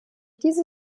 diese